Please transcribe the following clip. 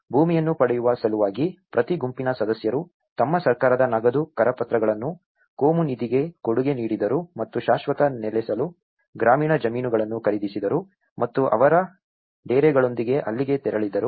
ಮತ್ತು ಭೂಮಿಯನ್ನು ಪಡೆಯುವ ಸಲುವಾಗಿ ಪ್ರತಿ ಗುಂಪಿನ ಸದಸ್ಯರು ತಮ್ಮ ಸರ್ಕಾರದ ನಗದು ಕರಪತ್ರಗಳನ್ನು ಕೋಮು ನಿಧಿಗೆ ಕೊಡುಗೆ ನೀಡಿದರು ಮತ್ತು ಶಾಶ್ವತ ನೆಲೆಸಲು ಗ್ರಾಮೀಣ ಜಮೀನುಗಳನ್ನು ಖರೀದಿಸಿದರು ಮತ್ತು ಅವರ ಡೇರೆಗಳೊಂದಿಗೆ ಅಲ್ಲಿಗೆ ತೆರಳಿದರು